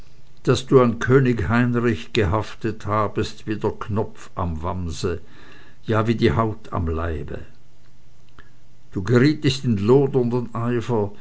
daß du an könig heinrich gehaftet habest wie der knopf am wamse ja wie die haut am leibe du gerietest in lodernden eifer